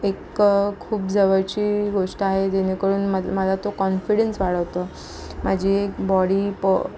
एक खूप जवळची गोष्ट आहे जेणेकरून म मला तो कॉन्फिडन्स वाढवतो माझी एक बॉडी प